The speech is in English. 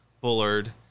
Bullard